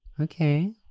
Okay